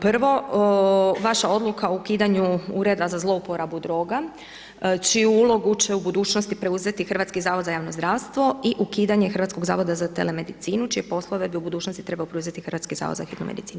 Prvo, vaša odluka o ukidanju Ureda za zlouporabu droga, čiju ulogu će u budućnosti preuzeti Hrvatski zavod za javno zdravstvo i ukidanje Hrvatskog zavoda za telemedicinu, čije poslove do u budućnosti treba preuzeti Hrvatski zavod za hitnu medicinu.